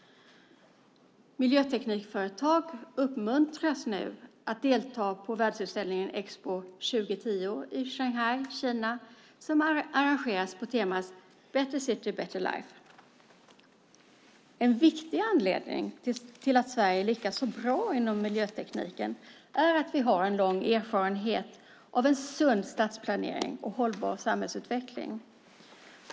Miljöteknikföretag uppmuntras nu att delta på världsutställningen Expo 2010 i Shanghai, Kina. Den arrangeras på temat Better City, Better Life. En viktig anledning till att Sverige lyckats så bra inom miljötekniken är att vi har lång erfarenhet av en sund stadsplanering och av en hållbar samhällsutveckling.